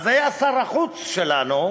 אז היה שר החוץ שלנו,